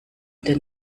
denn